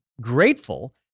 grateful